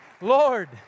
Lord